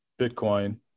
Bitcoin